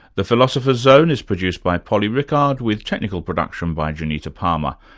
the philosopher's zone is produced by polly rickard with technical production by janita palmer.